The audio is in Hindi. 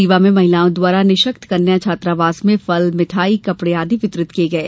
रीवा में महिलाओं द्वारा निःशक्त कन्या छात्रावास में फलमिठाई कपड़े आदि वितरित किये गये